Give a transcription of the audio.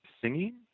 singing